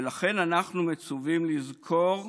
ולכן אנחנו מצווים לזכור,